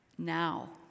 Now